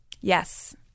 yes